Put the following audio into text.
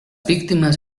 víctimas